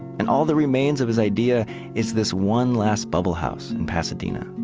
and all the remains of his idea is this one last bubble house in pasadena.